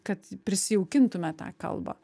kad prisijaukintume tą kalbą